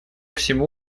всему